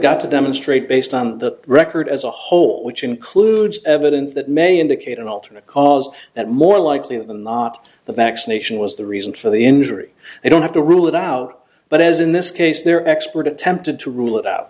got to demonstrate based on the record as a whole which includes evidence that may indicate an alternate cause that more likely than not the vaccination was the reason for the injury i don't have to rule it out but as in this case their expert attempted to rule it out